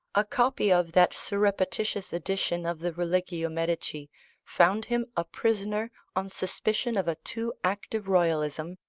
a copy of that surreptitious edition of the religio medici found him a prisoner on suspicion of a too active royalism,